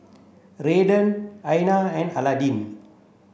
Redden Anya and Aydin